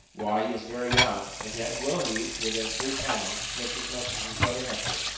why, he is very young, and yet will he within three pound lift as much as his brother hector.